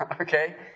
Okay